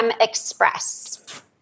Express